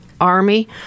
army